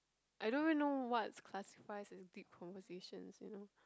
I don't really know what's classifies as deep conversations you know